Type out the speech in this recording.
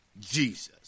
Jesus